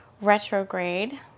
retrograde